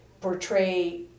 portray